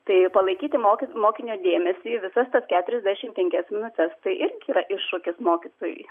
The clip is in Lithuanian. tai palaikyti moki mokinio dėmesį visas tas keturiasdešimt penkias minutes tai irgi yra iššūkis mokytojui